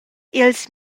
ils